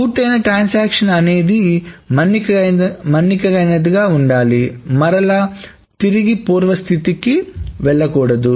పూర్తయిన ట్రాన్సాక్షన్ అనేది మన్నికైనదిగా ఉండాలిమరలా తిరిగి పూర్వస్థితికి వెళ్ళకూడదు